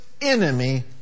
enemy